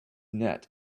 net